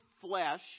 flesh